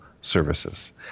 services